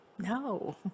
No